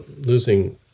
losing